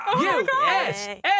USA